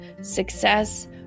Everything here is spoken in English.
success